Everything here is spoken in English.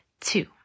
two